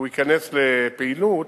והוא ייכנס לפעילות,